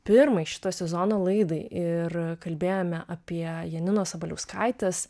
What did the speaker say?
pirmai šito sezono laidai ir kalbėjome apie janinos sabaliauskaitės